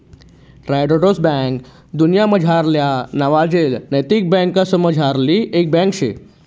Triodos bank दुन्यामझारल्या नावाजेल नैतिक बँकासमझारली एक बँक शे